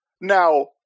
Now